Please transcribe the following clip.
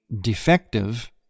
defective